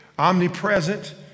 omnipresent